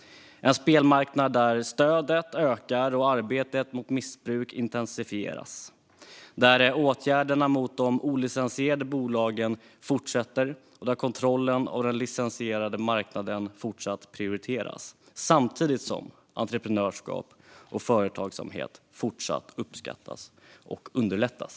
Det är en spelmarknad där stödet ökar och arbetet mot missbruk intensifieras, där åtgärderna mot de olicensierade bolagen fortsätter och där kontrollen av den licensierade marknaden fortsatt prioriteras samtidigt som entreprenörskap och företagsamhet fortsatt uppskattas och underlättas.